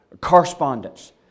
correspondence